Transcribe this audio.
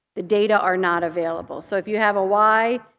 the data are not available. so if you have a y,